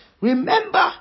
Remember